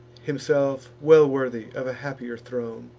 himself well worthy of a happier throne.